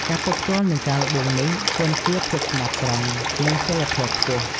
ការទប់ទល់នឹងការល្បួងនេះ ទាមទារភាពស្មោះត្រង់ និងសីលធម៌ខ្ពស់។